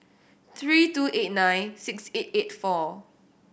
three two eight nine six eight four